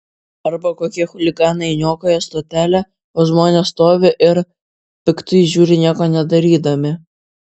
arba kokie chuliganai niokoja stotelę o žmonės stovi ir piktai žiūri nieko nedarydami